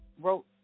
Wrote